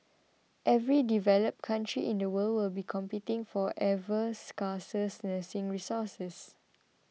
every developed country in the world will be competing for ever scarcer nursing resources